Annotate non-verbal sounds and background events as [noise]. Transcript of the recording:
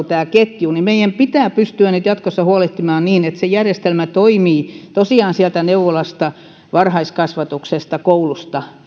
[unintelligible] tämä ketju pirstaloituu meidän pitää pystyä nyt jatkossa huolehtimaan siitä että se järjestelmä toimii tosiaan sieltä neuvolasta varhaiskasvatuksesta koulusta